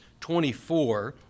24